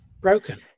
broken